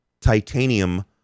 titanium